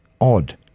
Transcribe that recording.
odd